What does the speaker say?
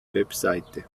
webseite